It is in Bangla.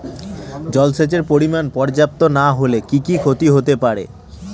জলসেচের পরিমাণ পর্যাপ্ত না হলে কি কি ক্ষতি হতে পারে?